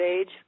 age